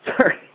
Sorry